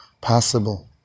possible